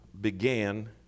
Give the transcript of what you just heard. began